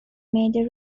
major